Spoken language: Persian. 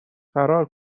فرار